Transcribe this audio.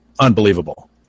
unbelievable